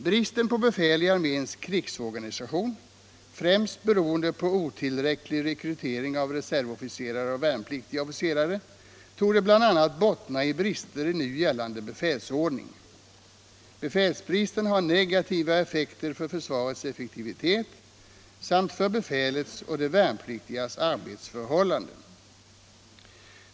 Bristen på befäl i arméns krigsorganisation, främst beroende på otillräcklig rekrytering av reservofficerare och värnpliktiga officerare, torde bl.a. bottna i brister i nu gällande befälsordning. Befälsbristen har negativa effekter för försvarets effektivitet samt för befälets och de värnpliktigas arbetsförhållanden.